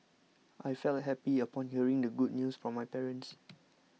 I felt happy upon hearing the good news from my parents